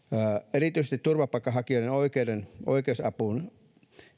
erityisesti turvapaikanhakijoiden oikeusapuun